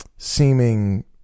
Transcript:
seeming